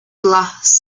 glass